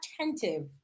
attentive